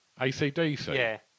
ACDC